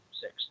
six